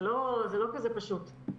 זה לא כזה פשוט.